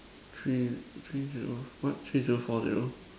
three three what three zero four zero